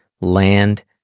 land